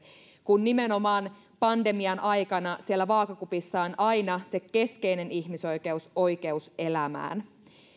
kun nimenomaan pandemian aikana siellä vaakakupissa on aina se keskeinen ihmisoikeus oikeus elämään